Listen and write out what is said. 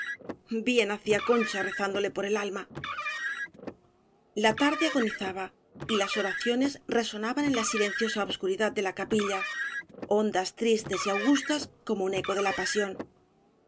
bien hacía concha rezándole por el alma la tarde agonizaba y las oraciones reso naban en la silenciosa obscuridad de la capi lla hondas tristes y augustas como un eco de la pasión